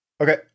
okay